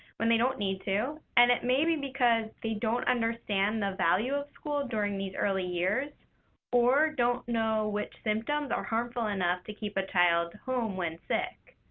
when they don't need to, and it may be because they don't understand the value of school during these early years or don't know which symptoms are harmful enough to keep a child home when sick.